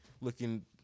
Looking